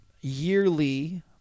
yearly